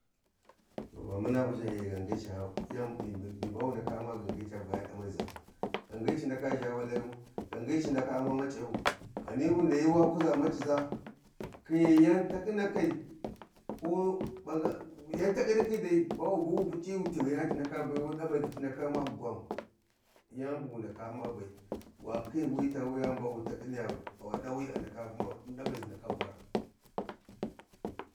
﻿To va muna buja ghi gangi ca yan mibi wu ndaka umma gangi ca baya damayi za. Gangi ci ndaka zha walayu, gangi ci ndaka umma mac’ayu Ghani wu layi wa kuza mac’iza khi yan takkhinakai ko bagan yan takkinakhi dai ba wu bu wi wupuc'i wu tighiya ci ndaka bayu damai za ci ndaka umma gwami. Yani buwu ndaka umma bai wa khi wi ta wuyani takkhiniya wa dawi a ndaka umma damaizi ndaka varau.